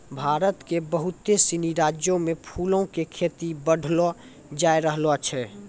भारत के बहुते सिनी राज्यो मे फूलो के खेती बढ़लो जाय रहलो छै